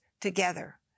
together